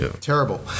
Terrible